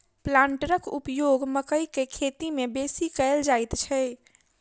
प्लांटरक उपयोग मकइ के खेती मे बेसी कयल जाइत छै